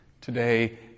Today